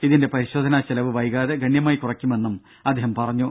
ഇതിന്റെ പരിശോധനാ ചെലവ് വൈകാതെ ഗണ്യമായി കുറയ്ക്കുമെന്നും അദ്ദേഹം പറഞ്ഞു